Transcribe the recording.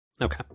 Okay